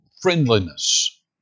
friendliness